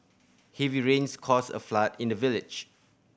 heavy rains caused a flood in the village